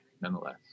nonetheless